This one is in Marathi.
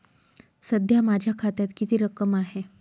सध्या माझ्या खात्यात किती रक्कम आहे?